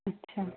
अच्छा